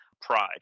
pride